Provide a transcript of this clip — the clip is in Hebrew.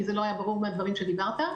כי לא היה ברור מהדברים שדיברת.